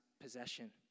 possession